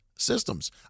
systems